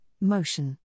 Motion